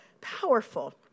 powerful